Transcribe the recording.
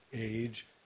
age